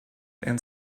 and